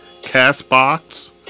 CastBox